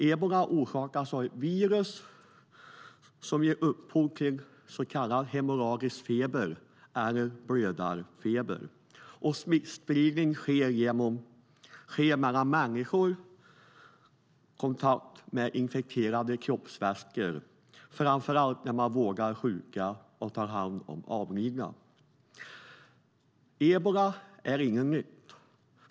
Ebola orsakas av ett virus som ger upphov till så kallad hemorragisk feber eller blödarfeber, och smittspridning mellan människor sker genom kontakt med infekterade kroppsvätskor, framför allt när man vårdar sjuka personer och tar hand om avlidna. Ebola är ingenting nytt.